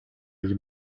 you